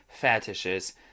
fetishes